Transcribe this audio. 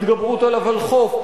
התגברות על הוולחו"ף.